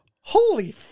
Holy